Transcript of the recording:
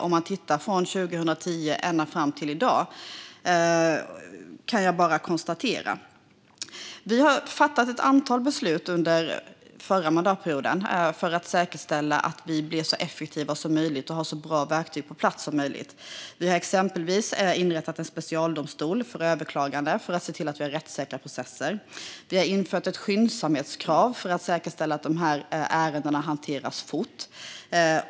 Under förra mandatperioden fattade vi ett antal beslut för att säkerställa hög effektivitet och tillgång till bästa möjliga verktyg. Vi inrättade bland annat en specialdomstol för överklagande för att få rättssäkra processer. Vi har också infört ett skyndsamhetskrav för att säkerställa att dessa ärenden hanteras fort.